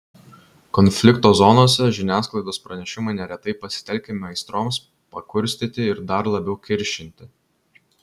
konflikto zonose žiniasklaidos pranešimai neretai pasitelkiami aistroms pakurstyti ir dar labiau kiršinti